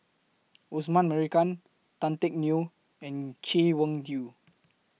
Osman Merican Tan Teck Neo and Chay Weng Yew